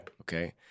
okay